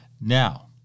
Now